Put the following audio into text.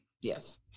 Yes